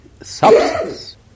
substance